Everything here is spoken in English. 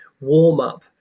warm-up